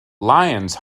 lions